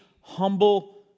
humble